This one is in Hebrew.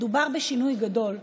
מדובר בשינוי גדול,